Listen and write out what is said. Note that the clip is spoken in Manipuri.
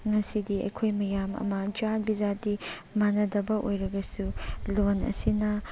ꯉꯁꯤꯗꯤ ꯑꯩꯈꯣꯏ ꯃꯌꯥꯝ ꯑꯃ ꯖꯥꯠ ꯕꯤꯖꯥꯠꯇꯤ ꯃꯥꯟꯅꯗꯕ ꯑꯣꯏꯔꯒꯁꯨ ꯂꯣꯟ ꯑꯁꯤꯅ